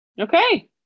Okay